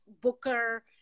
Booker